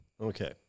Okay